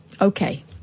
Okay